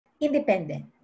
independent